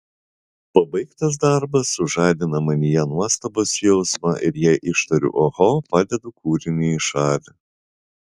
pabaigtas darbas sužadina manyje nuostabos jausmą ir jei ištariu oho padedu kūrinį į šalį